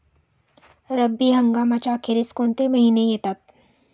रब्बी हंगामाच्या अखेरीस कोणते महिने येतात?